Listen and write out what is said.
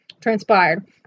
transpired